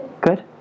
good